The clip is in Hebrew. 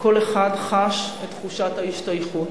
כל אחד חש את תחושת ההשתייכות.